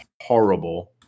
horrible